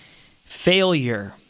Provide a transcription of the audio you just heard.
Failure